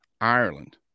Ireland